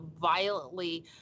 violently